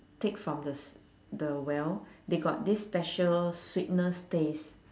take from the s~ the well they got this special sweetness taste